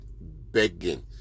begging